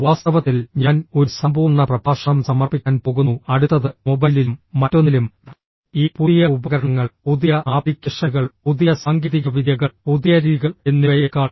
വാസ്തവത്തിൽ ഞാൻ ഒരു സമ്പൂർണ്ണ പ്രഭാഷണം സമർപ്പിക്കാൻ പോകുന്നു അടുത്തത് മൊബൈലിലും മറ്റൊന്നിലും ഈ പുതിയ ഉപകരണങ്ങൾ പുതിയ ആപ്ലിക്കേഷനുകൾ പുതിയ സാങ്കേതികവിദ്യകൾ പുതിയ രീതികൾ എന്നിവയേക്കാൾ